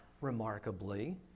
remarkably